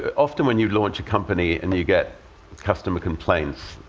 ah often, when you launch a company and you get customer complaints,